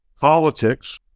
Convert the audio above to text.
politics